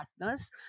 partners